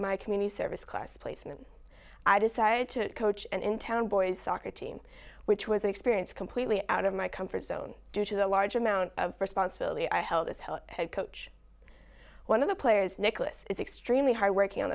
my community service class placement i decided to coach and in town boys soccer team which was the experience completely out of my comfort zone due to the large amount of responsibility i held as hell head coach one of the players nicklaus is extremely hard working on